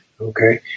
okay